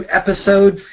episode